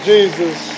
Jesus